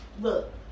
look